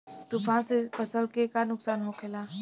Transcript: तूफान से फसल के का नुकसान हो खेला?